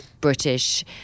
british